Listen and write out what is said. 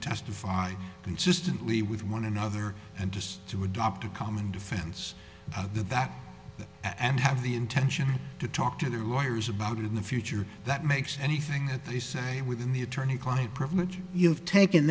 testify consistently with one another and just to adopt a common defense out there that that and have the intention to talk to their lawyers about it in the future that makes anything that they say within the attorney client privilege you've taken